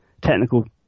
technical